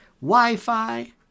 Wi-Fi